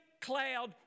cloud